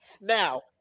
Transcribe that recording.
Now